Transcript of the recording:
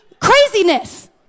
craziness